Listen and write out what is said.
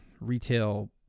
retail